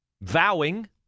vowing